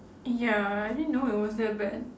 ya I didn't know it was that bad